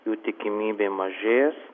jų tikimybė mažės